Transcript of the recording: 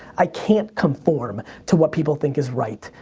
i can't conform to what people think is right.